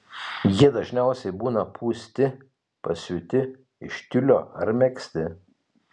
jie dažniausiai būna pūsti pasiūti iš tiulio ar megzti